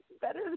better